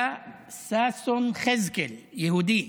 היה ששון יחזקאל, יהודי.